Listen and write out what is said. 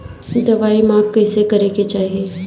दवाई माप कैसे करेके चाही?